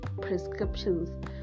prescriptions